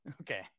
Okay